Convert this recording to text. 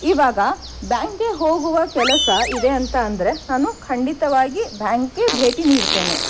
ಈವಾಗ ಬ್ಯಾಂಕ್ಗೆ ಹೋಗುವ ಕೆಲಸ ಇದೆ ಅಂತ ಅಂದರೆ ನಾನು ಖಂಡಿತವಾಗಿ ಬ್ಯಾಂಕ್ಗೆ ಭೇಟಿ ನೀಡ್ತೇನೆ